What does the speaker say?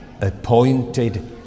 appointed